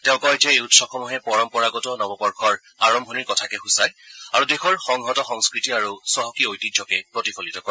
তেওঁ কয় যে এই উৎসৱসমূহে পৰম্পৰাগত নৱ বৰ্যৰ আৰম্ভণিৰ কথাকে সুচায় আৰু দেশৰ সংহত সংস্কৃতি আৰু চহকী ঐতিহ্যকে প্ৰতিফলিত কৰে